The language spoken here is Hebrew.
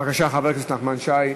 בבקשה, חבר הכנסת נחמן שי,